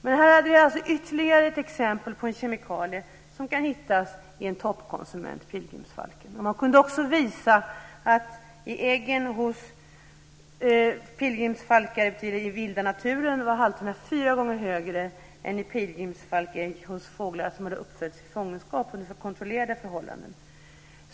Här hade vi ytterligare ett exempel på en kemikalie som kan hittas i en toppkonsument, pilgrimsfalken. Man kunde också visa att i äggen hos pilgrimsfalkar i vilda naturen var halterna fyra gånger högre än i pilgrimsfalksägg hos fåglar som hade uppfötts i fångenskap under kontrollerade förhållanden.